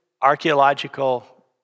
archaeological